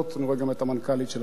אני רואה גם את המנכ"לית של המשרד.